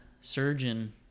surgeon